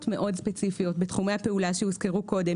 ספציפיות מאוד בתחומי הפעולה שהוזכרו קודם,